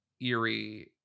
eerie